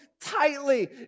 tightly